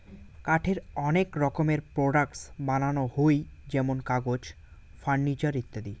কাঠের অনেক রকমের প্রোডাক্টস বানানো হই যেমন কাগজ, ফার্নিচার ইত্যাদি